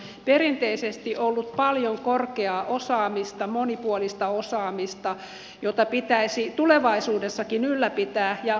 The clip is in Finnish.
meillä maaseudulla on perinteisesti ollut paljon korkeaa osaamista monipuolista osaamista jota pitäisi tulevaisuudessakin ylläpitää ja vahvistaa